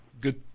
Good